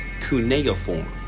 Cuneiform